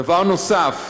דבר נוסף,